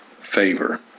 favor